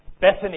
Bethany